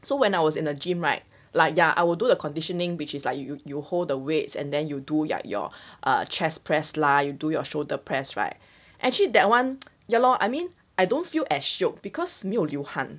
so when I was in a gym right like ya I will do the conditioning which is like you you hold the weights and then you do ya your uh chest press lah you do your shoulder press right actually that one ya lor I mean I don't feel as shiok because 没有流汗